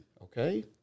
okay